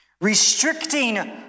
Restricting